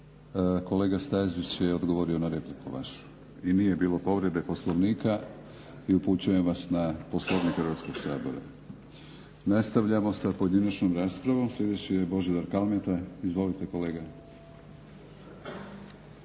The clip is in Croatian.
Kolega Stazić je odgovorio na repliku vašu i nije bilo povrede Poslovnika i upućujem vas na Poslovnik Hrvatskog sabora. Nastavljamo sa pojedinačnom raspravom. Sljedeći je Božidar Kalmeta. Izvolite kolega.